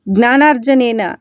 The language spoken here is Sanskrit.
ज्ञानार्जनेन